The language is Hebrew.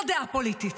לא דעה פוליטית.